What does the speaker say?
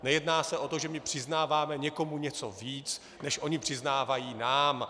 Nejedná se o to, že my přiznáváme někomu něco víc, než oni přiznávají nám.